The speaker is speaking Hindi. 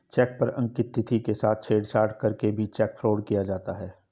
चेक पर अंकित तिथि के साथ छेड़छाड़ करके भी चेक फ्रॉड किया जाता है